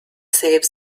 save